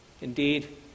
indeed